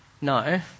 No